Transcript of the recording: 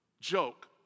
joke